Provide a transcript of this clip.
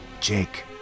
Jake